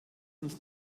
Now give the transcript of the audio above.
uns